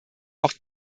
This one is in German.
auch